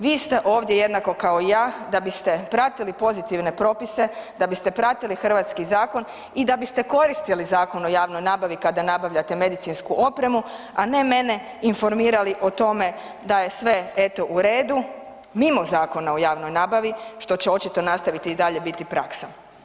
Vi ste ovdje jednako kao i ja da biste pratili pozitivne propise, da biste pratili hrvatski zakon i da biste koristili Zakon o javnoj nabavi kada nabavljate medicinsku opremu a ne mene informirali o tome da je sve eto u redu mimo zakona o javnoj nabavi što će očito nastaviti i dalje biti praksa.